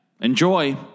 Enjoy